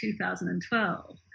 2012